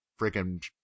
freaking